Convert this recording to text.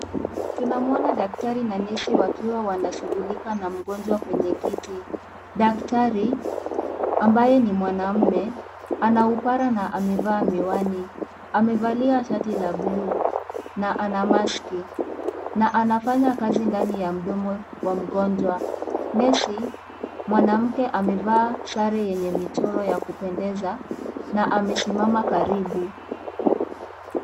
Tunamuona daktari na nesi wakiwa wanashughulika na mgonjwa kwenye kiti. Daktari ambaye ni mwanamume ana upara na amevaa miwani. Amevalia shati la bluu na ana maski na anafanya kazi ndani ya mdomo wa mgonjwa. Nesi mwanamke amevaa sare yenye michoro ya kupendeza na amesimama karibu.